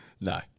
No